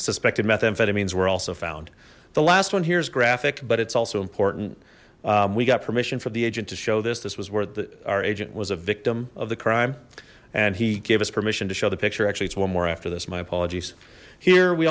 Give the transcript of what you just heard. suspected methamphetamines were also found the last one here's graphic but it's also important we got permission from the agent to show this this was where the our agent was a victim of the crime and he gave us permission to show the picture actually it's one more after this my apologies here we